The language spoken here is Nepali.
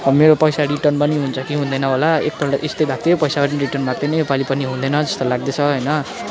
मेरो पैसा रिटर्न पनि हुन्छ कि हुँदैन होला एकपल्ट यस्तै भएको थियो पैसा पनि रिटर्न भएको थिएन योपालि पनि हुँदैन जस्तो लाग्दैछ होइन